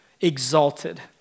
exalted